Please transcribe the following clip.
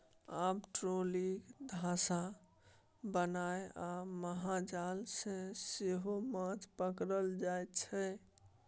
आब ट्रोली, धासा बनाए आ महाजाल सँ सेहो माछ पकरल जाइ छै